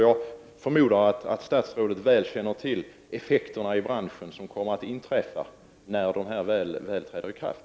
Jag förmodar att statsrådet väl känner till de effekter som reglerna kommer att få i branschen när de väl träder i kraft.